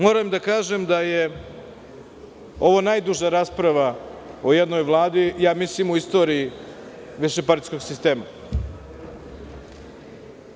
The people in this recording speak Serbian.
Moram da kažem da je ovo najduža rasprava o jednoj vladi u istoriji višepartijskog sistema, ja mislim.